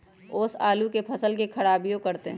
ओस आलू के फसल के खराबियों करतै?